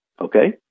Okay